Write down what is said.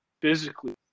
physically